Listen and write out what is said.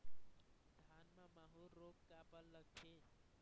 धान म माहू रोग काबर लगथे?